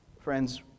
friends